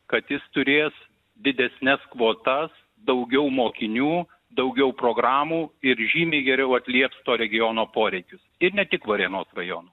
kad jis turės didesnes kvotas daugiau mokinių daugiau programų ir žymiai geriau atlieps to regiono poreikius ir ne tik varėnos rajono